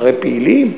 אחרי פעילים?